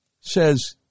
says